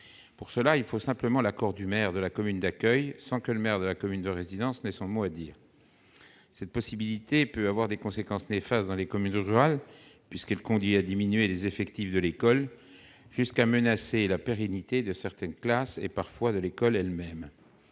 Pour ce faire, il faut simplement l'accord du maire de la commune d'accueil, sans que le maire de la commune de résidence ait son mot à dire. L'exercice de cette possibilité peut avoir des conséquences néfastes dans les communes rurales, puisqu'il conduit à diminuer les effectifs de l'école et peut aller jusqu'à menacer la pérennité de certaines classes et, parfois, de l'école elle-même.